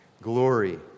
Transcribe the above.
glory